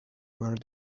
where